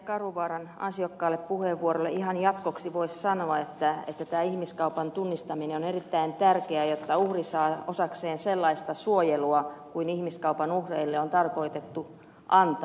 karhuvaaran ansiokkaan puheenvuoron jatkoksi voisi sanoa että tämä ihmiskaupan tunnistaminen on erittäin tärkeää jotta uhri saa osakseen sellaista suojelua kuin ihmiskaupan uhreille on tarkoitus antaa